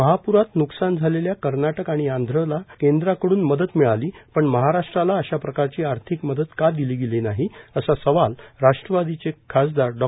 महाप्रात न्कसान झालेल्या कर्नाटक आणि आंधला केंद्राकडून मदत मिळाली पण महाराष्ट्राला अशाप्रकारची आर्थिक मदत का दिली गेली नाही असा सवाल राष्ट्रवादीचे खासदार डॉ